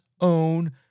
own